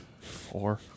Four